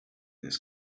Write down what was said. this